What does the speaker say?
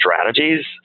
strategies